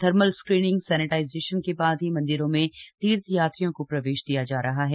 thermal screening sanitisation के बाद ही मंदिरों में तीर्थ यात्रियों को प्रवेश दिया जा रहा है